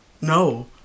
no